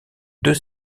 deux